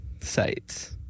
sites